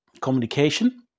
communication